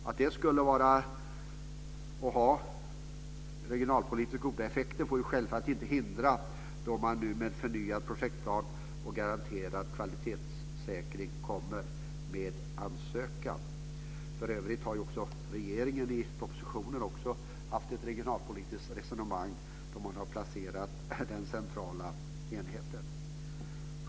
Att det skulle ha goda regionalpolitiska effekter får självfallet inte vara ett hinder då man nu med förnyad projektplan och garanterad kvalitetssäkring inkommer med en ansökan. För övrigt har också regeringen i propositionen fört ett regionalpolitiskt resonemang när man har placerat den centrala enheten.